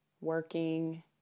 working